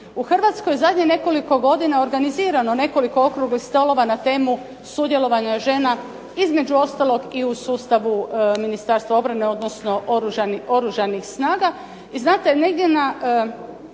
U Hrvatskoj je u zadnjih nekoliko godina organizirano nekoliko okruglih stolova na temu sudjelovanja žena između ostalog i u sustavu Ministarstva obrane, odnosno Oružanih snaga